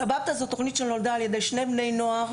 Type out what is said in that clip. "סבבתא" זו תוכנית שנולדה בתקופת הקורונה על ידי שני בני נוער